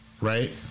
Right